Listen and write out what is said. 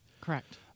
Correct